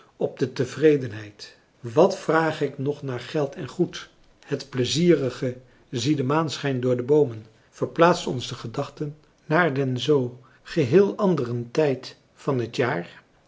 op de tevredenheid wat vraag ik nog naar geld en goed het pleizierige zie de maan schijnt door de boomen verplaatst onze gedachten naar den zoo geheel anderen tijd van het jaar